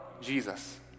Jesus